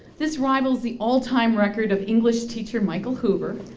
this rivals the all-time record of english teacher michael hoover.